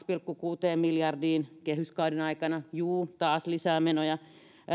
pilkku kuuteen miljardiin kehyskauden aikana juu taas lisää menoja